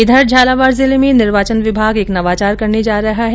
इधर झालावाड़ जिले में निर्वाचन विभाग एक नवाचार करने जा रहा है